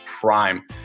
prime